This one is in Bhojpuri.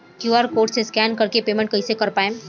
क्यू.आर कोड से स्कैन कर के पेमेंट कइसे कर पाएम?